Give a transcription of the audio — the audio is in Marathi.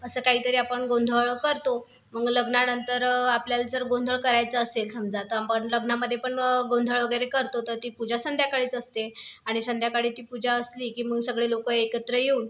असं काहीतरी आपण गोंधळ करतो मग लग्नानंतर आपल्याला जर गोंधळ करायचा असेल समजा तर आपण लग्नामध्ये पण गोंधळ वगैरे करतो तर ती पूजा संध्याकाळीच असते आणि संध्याकाळी ती पूजा असली की मग सगळे लोकं एकत्र येऊन